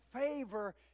favor